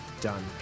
Done